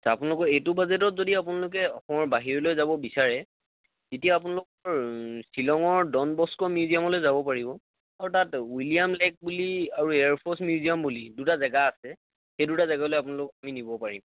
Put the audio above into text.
আচ্ছা আপোনালোকৰ এইটো বাজেটত যদি আপোনালোকে অসমৰ বাহিৰলৈ যাব বিচাৰে তেতিয়া আপোনালোকৰ শ্বিলঙৰ ড'ন বস্কো মিউজিয়ামলৈ যাব পাৰিব আৰু তাত উইলিয়াম লেক বুলি আৰু এয়াৰ ফৰ্চ মিউজিয়াম বুলি দুটা জেগা আছে সেই দুটা জেগালৈ আপোনালোকক আমি নিব পাৰিম